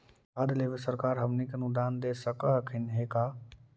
खाद लेबे सरकार हमनी के अनुदान दे सकखिन हे का?